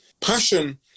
Passion